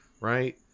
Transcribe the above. right